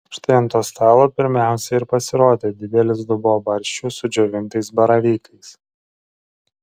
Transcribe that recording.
štai ant to stalo pirmiausia ir pasirodė didelis dubuo barščių su džiovintais baravykais